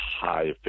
high